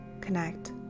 connect